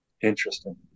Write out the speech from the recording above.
Interesting